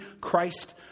Christ